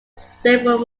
several